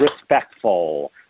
respectful